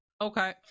okay